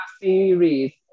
series